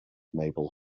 mabel